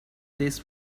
this